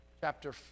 chapter